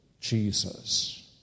Jesus